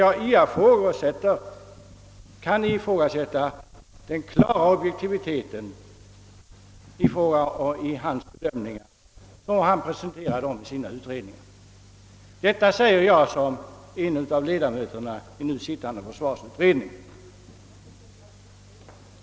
Jag kan ifrågasätta den klara objektiviteten i hans bedömningar såsom han presenterar dessa i sina utredningar. Detta säger jag som en av ledamöterna i den nu sittande försvarsutredningen.